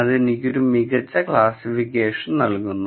അതെനിക്കൊരു മികച്ച ക്ലാസ്സിഫിക്കേഷൻ നൽകുന്നു